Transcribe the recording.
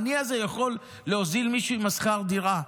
העני הזה יכול להוזיל משהו בשכר הדירה?